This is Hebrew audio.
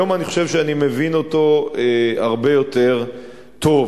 היום אני חושב שאני מבין אותו הרבה יותר טוב.